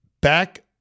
Back